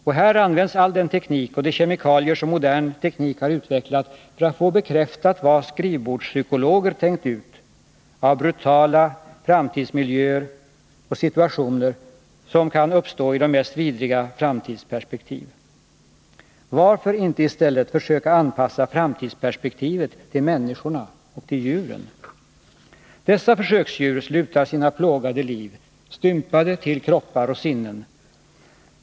Och här används all den teknik och de kemikalier som modern teknik har utvecklat för att få bekräftat vad skrivbordspsykologer tänkt ut av brutala miljöer och situationer som kan uppstå i de mest vidriga framtidsperspektiv. Varför inte i stället försöka anpassa framtidsperspektivet till människorna och till djuren? Dessa försöksdjur slutar sina plågade liv stympade till kroppar och sinnen.